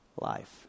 life